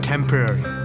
Temporary